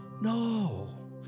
No